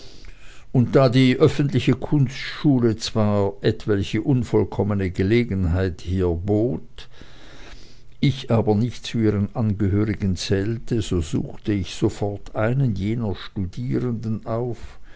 und da die öffentliche kunstschule zwar etwelche unvollkommene gelegenheit hiefür bot ich aber nicht zu ihren angehörigen zählte so suchte ich sofort einen jener studierenden auf